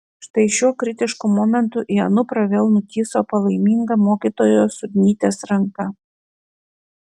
štai šiuo kritišku momentu į anuprą vėl nutįso palaiminga mokytojos sudnytės ranka